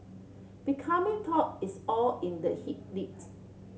becoming taut is all in the hip lift